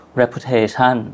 reputation